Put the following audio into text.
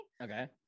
Okay